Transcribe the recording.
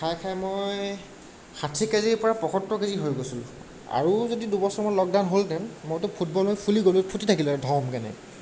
খাই খাই মই ষাঠি কেজিৰ পৰা পয়সত্তৰ কেজি হৈ গৈছিলোঁ আৰু যদি দুবছৰমান লকডাউন হ'লহেঁতেন মইতো ফুটবল হৈ ফুলি গ'লো ফুটি থাকিলোহেঁতেনে ধমকৈ এনে